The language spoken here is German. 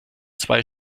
zwei